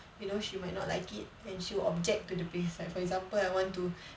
you know she might not like it and she'll object to the place like for example I want to